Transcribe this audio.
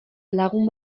lagun